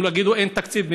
אם יגידו שאין תקציב,